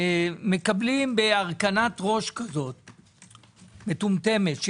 מקבלים בהרכנת ראש מטומטמת כזו,